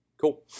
cool